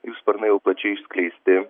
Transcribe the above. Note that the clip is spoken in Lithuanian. jų sparnai jau plačiai išskleisti